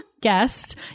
guest